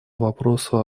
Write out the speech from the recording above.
вопросу